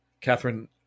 catherine